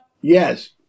Yes